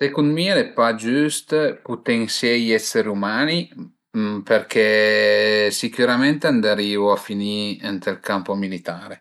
Secund mi al e pa giüst putensié i esseri umani perché sicürament andarìu a finì ënt ël campo militare